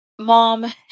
Mom